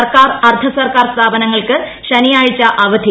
സർക്കാർ അർദ്ധ സർക്കാർ സ്ഥാപനങ്ങൾക്ക് ശനിയാഴ്ച്ച അ്വധി